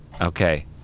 okay